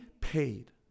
paid